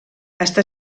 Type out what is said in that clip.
està